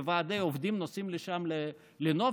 וועדי עובדים נוסעים לשם לנופש,